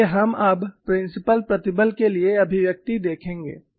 इसलिए हम अब प्रिंसिपल प्रतिबल के लिए अभिव्यक्ति देखेंगे